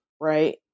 right